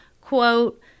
quote